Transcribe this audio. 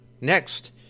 next